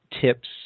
tips